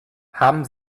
haben